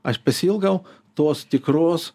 aš pasiilgau tos tikros